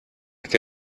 que